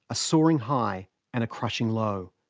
a soaring high and a crushing low.